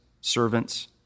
servants